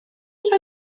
roi